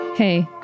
Hey